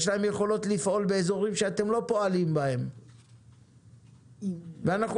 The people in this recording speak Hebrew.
יש להם יכולות לפעול באזורים שאתם לא פועלים בהם ואנחנו